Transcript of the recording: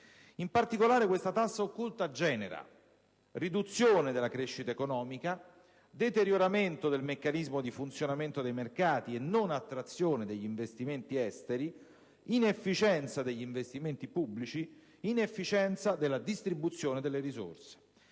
In particolare questa tassa occulta genera riduzione della crescita economica, deterioramento del meccanismo di funzionamento dei mercati e non attrazione degli investimenti esteri, inefficienza degli investimenti pubblici e inefficienza della distribuzione delle risorse.